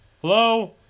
Hello